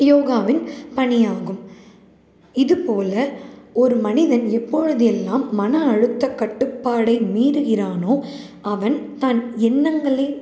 யோகாவின் பணியாகும் இதுபோல ஒரு மனிதன் எப்பொழுதெல்லாம் மன அழுத்த கட்டுப்பாடை மீறுகிறானோ அவன் தன் எண்ணங்களை